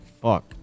fuck